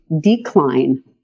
decline